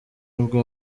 nibwo